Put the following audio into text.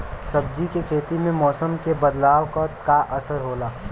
सब्जी के खेती में मौसम के बदलाव क का असर होला?